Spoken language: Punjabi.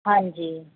ਹਾਂਜੀ